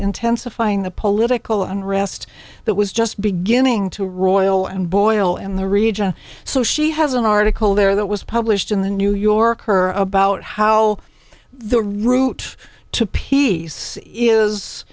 intensifying political unrest that was just beginning to roil and boil in the region so she has an article there that was published in the new york her about how the route to peace is